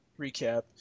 recap